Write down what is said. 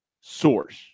source